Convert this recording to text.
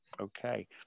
Okay